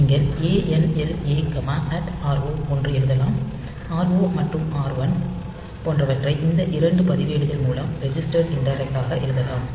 நீங்கள் ANL A R0 போன்று எழுதலாம் R0 மற்றும் R1 போன்றவற்றை இந்த இரண்டு பதிவேடுகள் மூலம் ரெஜிஸ்டர்டு இண்டெரெக்ட் ஆக எழுதலாம்